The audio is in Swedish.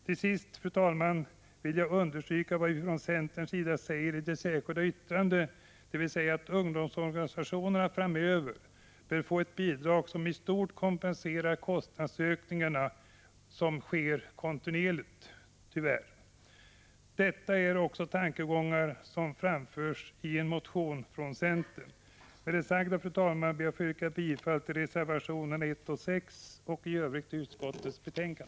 Till sist, fru talman, vill jag understryka vad vi från centerns sida säger i det särskilda yttrandet, dvs. att ungdomsorganisationerna framöver bör få ett bidrag som i stort kompenserar de kostnadsökningar som tyvärr sker kontinuerligt. Detta är också tankegångar som framförs i en motion från centern. Med det sagda, fru talman, ber jag att få yrka bifall till reservationerna 1 och 6 och i övrigt till utskottets hemställan.